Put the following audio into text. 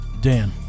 Dan